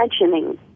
imagining